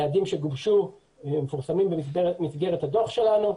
היעדים שגובשו מפורסמים במסגרת הדוח שלנו,